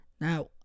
Now